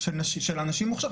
של אנשים מוכשרים.